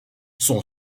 son